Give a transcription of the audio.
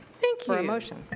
thank you. for a motion.